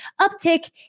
uptick